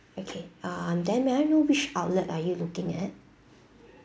okay um then may I know which outlet are you looking at